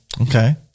Okay